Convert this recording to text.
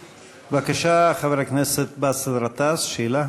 בבקשה, חבר הכנסת באסל גטאס, שאלה.